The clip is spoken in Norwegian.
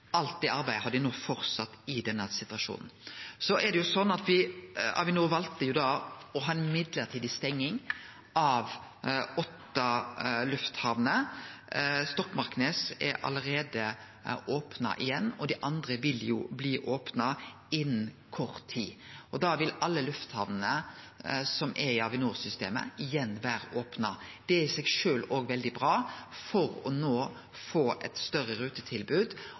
det arbeidet har dei no fortsett i denne situasjonen. Avinor valde å ha ei mellombels stenging av åtte lufthamner. Stokmarknes er allereie opna igjen, og dei andre vil bli opna innan kort tid. Da vil alle lufthamner som er i Avinor-systemet, igjen vere opna. Det er i seg sjølv veldig bra for å få eit større rutetilbod